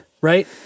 Right